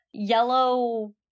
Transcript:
yellow